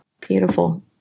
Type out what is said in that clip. Beautiful